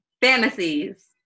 Fantasies